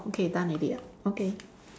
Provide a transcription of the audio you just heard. okay done already ah okay